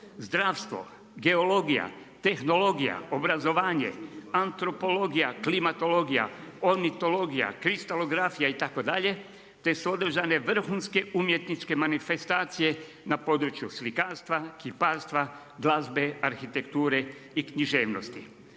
zdravstvo, geologija, tehnologija, obrazovanje, antropologija, klimatologija, ornitologija, kristalografija itd. te su određene vrhunske umjetničke manifestacije na području slikarstva, kiparstva, glazbe, arhitekture i književnosti.